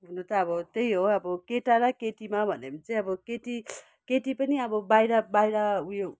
हुनु त अब त्यही हो अब केटा र केटीमा भन्यो भने चाहिँ अब केटी केटी पनि अब बाहिर बाहिर उयो